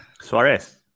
Suarez